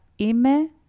Ime